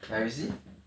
I see